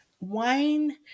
wine